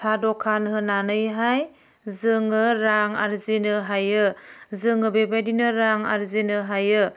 साह दखान होनानैहाय जोङो रां आरजिनो हायो जोङो बेबायदिनो रां आरजिनो हायो